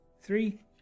three